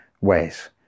ways